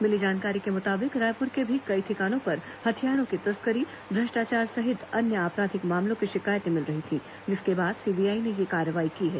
मिली जानकारी के मुताबिक रायपुर के भी कई ठिकानों पर हथियारों की तस्करी भ्रष्टाचार सहित अन्य आपराधिक मामलों की शिकायतें मिल रही थी जिसके बाद सीबीआई ने यह कार्रवाई की है